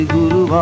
Guru